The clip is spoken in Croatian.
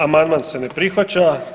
Amandman se ne prihvaća.